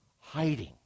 hiding